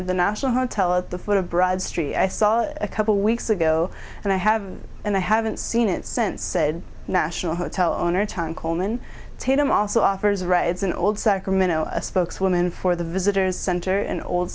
of the national hotel at the foot of broad street i saw a couple weeks ago and i have and i haven't seen it since said national hotel owner tom coleman tatum also offers rides and old sacramento a spokeswoman for the visitors center and old